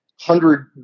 hundred